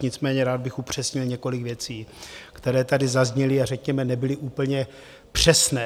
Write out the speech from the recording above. Nicméně rád bych upřesnil několik věcí, které tady zazněly a řekněme nebyly úplně přesné.